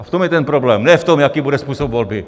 A v tom je ten problém, ne v tom, jaký bude způsob volby.